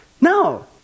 no